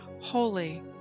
Holy